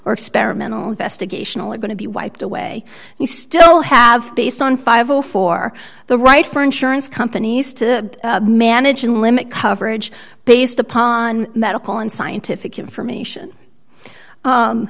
experimental investigational are going to be wiped away you still have based on five or four the right for insurance companies to manage and limit coverage based upon medical and scientific information